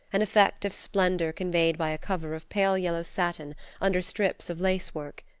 an effect of splendor conveyed by a cover of pale yellow satin under strips of lace-work.